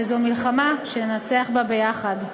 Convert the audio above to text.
וזו מלחמה שננצח בה ביחד.